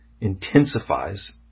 intensifies